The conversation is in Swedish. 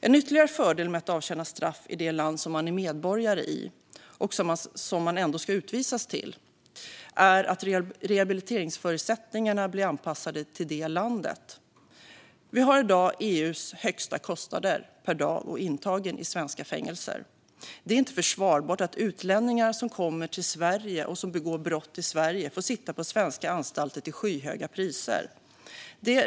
En ytterligare fördel med att avtjäna sitt straff i det land som man är medborgare i, och som man ändå ska utvisas till, är att rehabiliteringsförutsättningarna blir anpassade till det landet. Vi har i dag EU:s högsta kostnad per dag och intagen i svenska fängelser. Det är inte försvarbart att utlänningar som kommer till Sverige och som begår brott i Sverige får sitta på svenska anstalter till skyhöga kostnader.